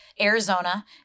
Arizona